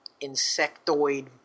insectoid